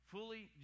Fully